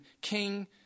King